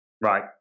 Right